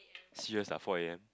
serious ah four A_M